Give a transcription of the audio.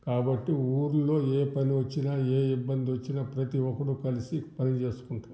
కాబట్టి ఊళ్ళో ఏ పని వచ్చినా ఏ ఇబ్బంది వచ్చినా ప్రతి ఒకరు కలిసి పనిచేసుకుంటాం